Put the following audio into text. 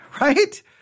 Right